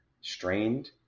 strained